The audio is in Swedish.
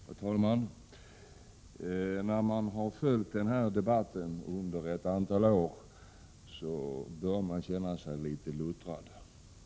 Herr talman! När man har följt den här debatten under ett antal år börjar man känna sig litet luttrad.